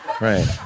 Right